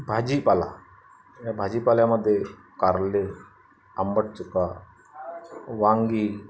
भाजीपाला या भाजीपाल्यामध्ये कारले आंबट चुका वांगी